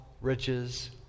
riches